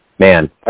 Man